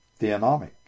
theonomic